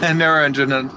and neuroendrog and